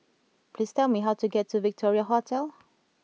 please tell me how to get to Victoria Hotel